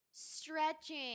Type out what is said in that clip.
stretching